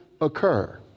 occur